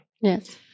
Yes